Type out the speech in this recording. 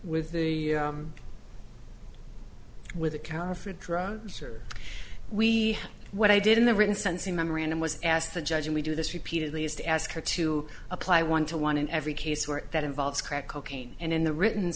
with the with the counterfeit drugs are we what i did in the written sensing memorandum was asked the judge and we do this repeatedly is to ask her to apply one to one in every case where that involves crack cocaine and in the written